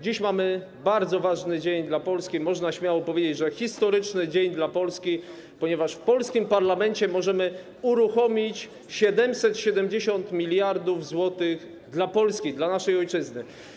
Dziś mamy bardzo ważny dzień dla Polski, można śmiało powiedzieć, że historyczny dzień dla Polski, ponieważ w polskim parlamencie możemy uruchomić 770 mld zł dla Polski, dla naszej ojczyzny.